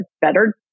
better